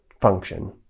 function